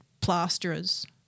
plasterers